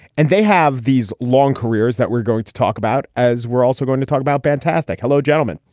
and they have these long careers that we're going to talk about as we're also going to talk about band tastic. hello, gentlemen.